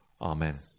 Amen